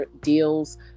deals